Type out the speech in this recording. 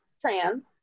trans